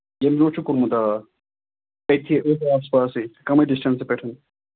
ییٚمہِ برٛونٛہہ چھُ کُنمُت آ تٔتھۍ أتھۍ آس پاسٕے کَمٕے ڈِسٹَنس پٮ۪ٹھ